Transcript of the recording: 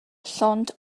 llond